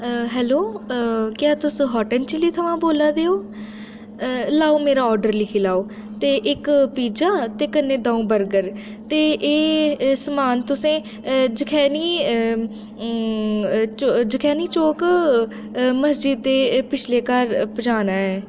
hello क्या तुस hot and chilli थमां बोल्ला दे ओ लैओ मेरा आर्डर लिखी लाओ ते इक पीजा ते कन्नै द'ऊं बर्गर ते एह् समान तुसें जखैनी जखैनी चौक मस्जिद दे पिछले घर पजाना ऐ